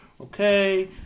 okay